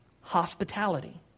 hospitality